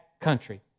country